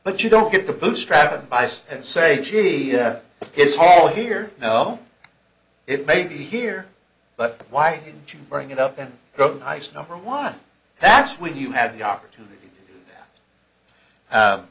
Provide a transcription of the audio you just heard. but you don't get the bootstrap advice and say gee it's all here you know it may be here but why didn't you bring it up and go i said number one that's when you had the opportunity